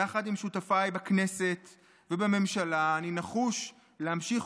יחד עם שותפיי בכנסת ובממשלה אני נחוש להמשיך